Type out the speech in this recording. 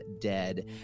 dead